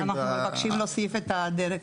אדוני, אנחנו מבקשים להוסיף את הדרג.